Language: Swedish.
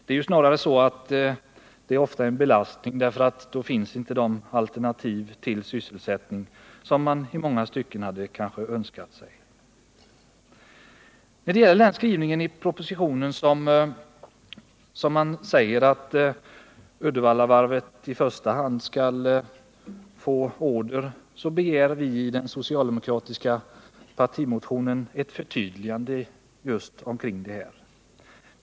Det är ofta en belastning med ett sådant beroende, eftersom det inte finns alternativ till sysselsättning, som man kanske i många stycken skulle ha önskat sig. I propositionen sägs att Uddevallavarvet i första hand skall få order. I den socialdemokratiska partimotionen begär vi ett förtydligande av det uttalandet.